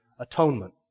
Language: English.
atonement